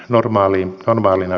normaaliin on valmiina